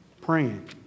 praying